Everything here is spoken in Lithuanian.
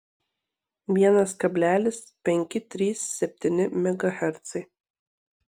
vienas kablelis penki trys septyni megahercai